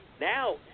Now